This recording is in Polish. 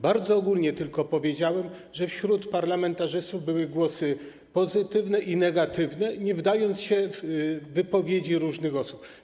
Bardzo ogólnie tylko powiedziałem, że wśród parlamentarzystów były głosy pozytywne i negatywne, nie wdając się w wypowiedzi różnych osób.